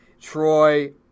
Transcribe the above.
Troy